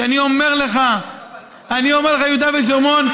אני אומר לך שיהודה ושומרון,